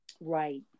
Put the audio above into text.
Right